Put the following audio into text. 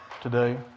today